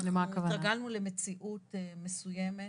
אנחנו התרגלנו למציאות מסוימת.